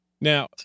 now